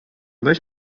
weź